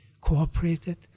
cooperated